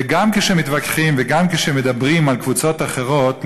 וגם כשמתווכחים וגם כשמדברים על קבוצות אחרות,